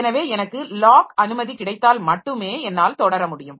எனவே எனக்கு லாக் அனுமதி கிடைத்தால் மட்டுமே என்னால் தொடர முடியும்